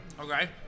okay